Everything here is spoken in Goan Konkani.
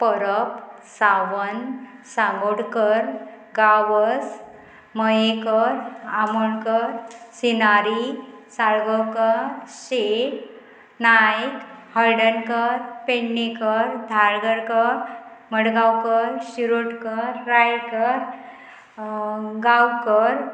परब सावंत सांगोडकर गांवस मयेकर आमोणकर सिनारी साळगोवकर शेख नायक हळदणकर पेडणेकर धारगळकर मडगांवकर शिरोडकर रायकर गांवकर